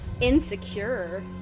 Insecure